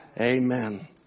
Amen